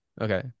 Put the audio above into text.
Okay